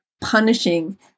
punishing